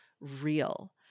real